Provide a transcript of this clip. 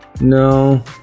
No